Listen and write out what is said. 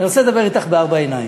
אני רוצה לדבר אתך בארבע עיניים: